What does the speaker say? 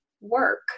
work